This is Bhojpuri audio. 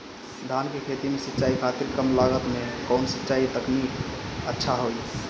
धान के खेती में सिंचाई खातिर कम लागत में कउन सिंचाई तकनीक अच्छा होई?